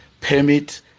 permit